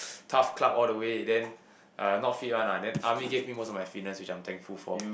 TAF club all the way then uh not fit one ah then army give him also my fitness which I'm thankful for